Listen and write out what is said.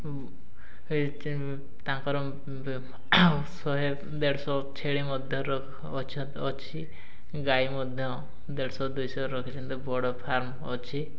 ତାଙ୍କର ଶହେ ଦେଢ଼ଶହ ଛେଳି ମଧ୍ୟ ଅଛନ୍ତି ଅଛି ଗାଈ ମଧ୍ୟ ଦେଢ଼ଶହ ଦୁଇଶହ ରଖିଛନ୍ତି ବଡ଼ ଫାର୍ମ ଅଛି